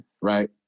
right